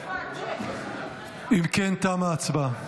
אם כן, תמה ההצבעה.